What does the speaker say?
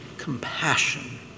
compassion